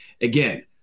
again